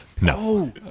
no